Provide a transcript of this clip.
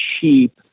cheap